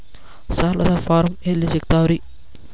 ಸಾಲದ ಫಾರಂ ಎಲ್ಲಿ ಸಿಕ್ತಾವ್ರಿ?